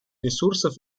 ресурсов